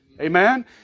Amen